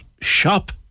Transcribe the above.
Shop